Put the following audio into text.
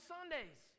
Sundays